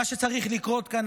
מה שצריך לקרות כאן,